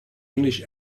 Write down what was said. english